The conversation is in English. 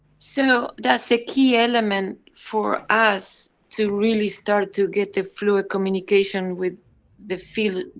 so, that's the key element for us to really start to get the flow of communication with the fields,